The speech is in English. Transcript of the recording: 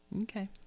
Okay